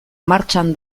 martxan